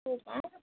हो का